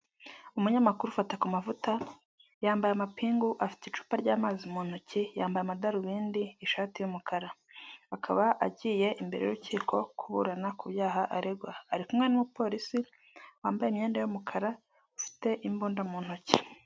Umunyamakuru Fatakumavuta yambaye amapingu afite icupa ry'amazi mu ntoki, yambaye amadarubindi ishati y'umukara akaba agiye imbere y'urukiko kuburana ku byaha aregwa, ari kumwe n'umupolisi wambaye imyenda y'umukara ufite imbunda mu ntoki.